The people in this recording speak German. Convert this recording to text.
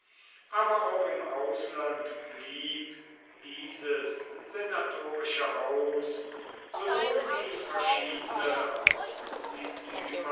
aber auch im ausland blieb dieses senatorische haus sowohl wie verschiedene aus